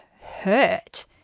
hurt